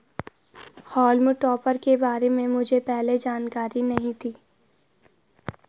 हॉल्म topper के बारे में मुझे पहले जानकारी नहीं थी